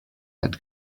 had